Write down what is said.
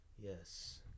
Yes